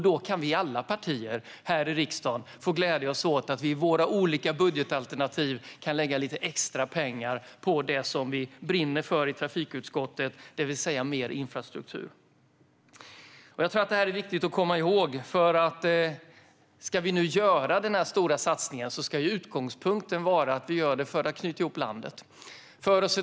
Då kan vi alla partier här i riksdagen få glädja oss åt att vi i våra olika budgetalternativ kan lägga lite extra pengar på det som vi brinner för i trafikutskottet, det vill säga mer infrastruktur. Detta är viktigt att komma ihåg. Ska vi nu göra den här stora satsningen ska ju utgångspunkten vara att vi gör det för att knyta ihop landet.